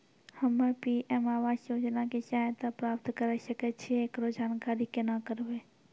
हम्मे पी.एम आवास योजना के सहायता प्राप्त करें सकय छियै, एकरो जानकारी केना करबै?